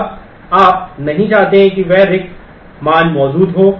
अब आप नहीं चाहते कि वे रिक्त मान मौजूद हों